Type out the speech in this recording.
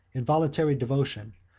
in voluntary devotion,